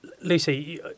Lucy